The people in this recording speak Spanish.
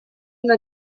una